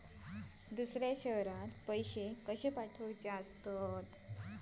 दुसऱ्या शहरात पैसे कसे पाठवूचे?